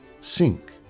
sink